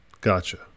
Gotcha